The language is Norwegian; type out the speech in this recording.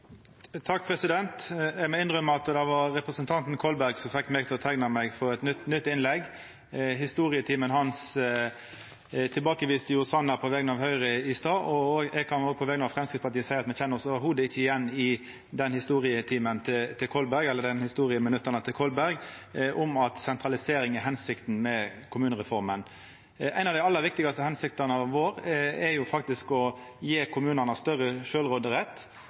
fekk meg til å teikna meg til eit nytt innlegg. Historietimen hans tilbakeviste jo Sanner på vegner av Høgre i stad. Eg kan på vegner av Framstegspartiet seia at me kjenner oss ikkje i det heile igjen i historietimen – eller historieminutta – til Kolberg om at sentralisering er hensikta med kommunereforma. Ei av dei aller viktigaste hensiktene våre er faktisk å gje kommunane større